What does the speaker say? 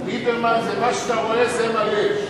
ליברמן, מה שאתה רואה זה מה יש.